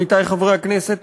עמיתי חברי הכנסת,